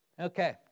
Okay